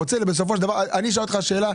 אני שואל אותך שאלה,